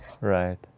right